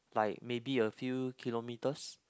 like maybe a few kilometres